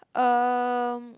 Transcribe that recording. um